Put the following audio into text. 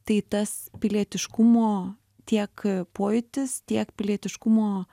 tai tas pilietiškumo tiek pojūtis tiek pilietiškumo